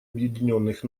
объединенных